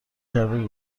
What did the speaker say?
کبیر